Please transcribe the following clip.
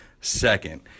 Second